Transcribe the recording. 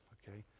ok?